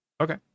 Okay